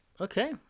Okay